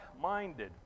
minded